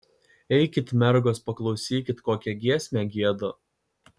eikit mergos paklausykit kokią giesmę gieda